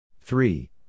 Three